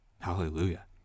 Hallelujah